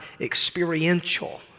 experiential